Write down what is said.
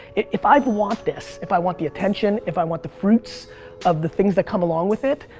if i want this, if i want the attention, if i want the fruits of the things that come along with it,